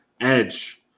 Edge